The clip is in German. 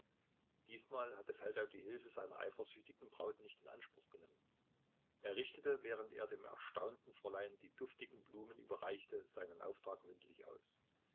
diesmal hatte feldau die hilfe seiner eifersüchtigen braut nicht in anspruch genommen er richtete während er dem erstaunten fräulein die duftigen blumen überreichte seinen auftrag mündlich aus